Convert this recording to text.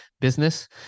business